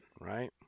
right